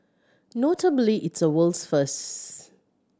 notably it's a world's firsts